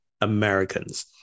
americans